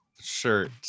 shirt